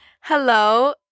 hello